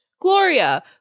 Gloria